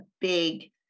big